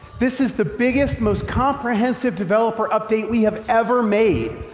this is the biggest, most comprehensive developer update we have ever made.